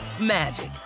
magic